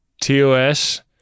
TOS